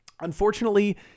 Unfortunately